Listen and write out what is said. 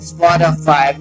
Spotify